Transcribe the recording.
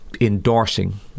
endorsing